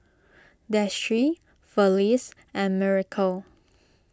Destry Felice and Miracle